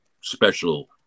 special